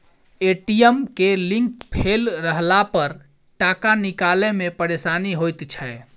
ATM के link fail रहलापर टाका निकालै मे परेशानी होइत छै